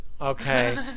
Okay